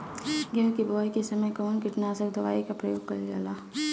गेहूं के बोआई के समय कवन किटनाशक दवाई का प्रयोग कइल जा ला?